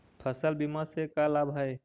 फसल बीमा से का लाभ है?